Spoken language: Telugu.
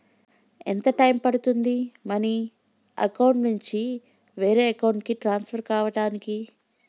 ఎంత టైం పడుతుంది మనీ అకౌంట్ నుంచి వేరే అకౌంట్ కి ట్రాన్స్ఫర్ కావటానికి?